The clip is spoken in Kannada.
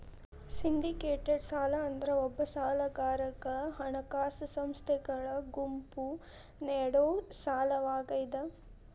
ಸಿಂಡಿಕೇಟೆಡ್ ಸಾಲ ಅಂದ್ರ ಒಬ್ಬ ಸಾಲಗಾರಗ ಹಣಕಾಸ ಸಂಸ್ಥೆಗಳ ಗುಂಪು ನೇಡೊ ಸಾಲವಾಗ್ಯಾದ